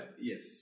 Yes